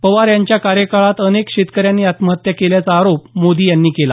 पवार यांच्या कार्यकाळात अनेक शेतकऱ्यांनी आत्महत्या केल्याचा आरोप मोदी यांनी केला